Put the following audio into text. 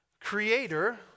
creator